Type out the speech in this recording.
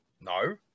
no